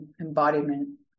embodiment